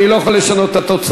אני לא יכול לשנות את התוצאה.